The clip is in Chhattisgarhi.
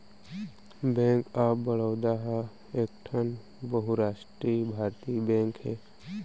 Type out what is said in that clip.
बेंक ऑफ बड़ौदा ह एकठन बहुरास्टीय भारतीय बेंक हे